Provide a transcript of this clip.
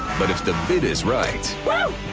but if the bid is right. whoo!